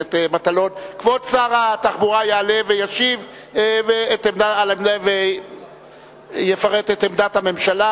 כבוד שר התחבורה יעלה וישיב ויפרט את עמדת הממשלה,